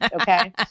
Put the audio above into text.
Okay